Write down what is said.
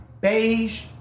Beige